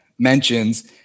mentions